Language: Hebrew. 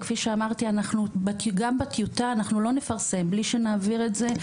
וכפי שאמרתי אנחנו גם בטיוטה אנחנו לא נפרסם בלי שנעביר את זה,